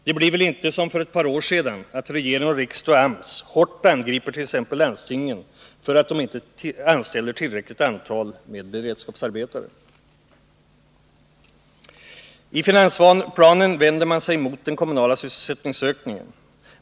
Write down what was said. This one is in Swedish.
Det blir väl inte som för ett par år sedan att regering, riksdag och AMS hårt angriper t.ex. landstingen för att de inte anställer tillräckligt antal beredskapsarbetare? I finansplanen vänder man sig mot den kommunala sysselsättningsökningen.